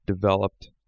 developed